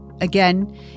Again